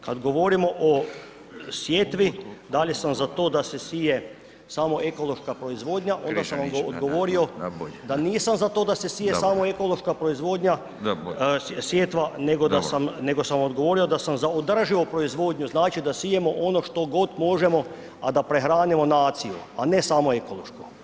Kad govorimo o sjetvi, da li sam za to da se sije samo ekološka proizvodnja, ... [[Govornici govore istovremeno, ne razumije se.]] da nisam za to da se sije samo ekološka proizvodnja, sjetva, nego sam odgovorio da sam za održivu proizvodnju, znači da sijemo ono što god možemo, a da prehranimo naciju, a ne samo ekološku.